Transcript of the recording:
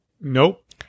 Nope